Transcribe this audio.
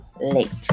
late